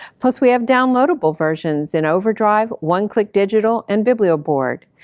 plus we have downloadable versions in overdrive, one click digital, and biblioboard.